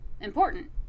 Important